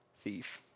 thief